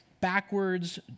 backwards